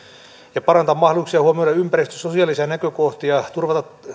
ja parantaa mahdollisuuksia huomioida ympäristö ja sosiaalisia näkökohtia sekä turvata